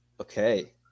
Okay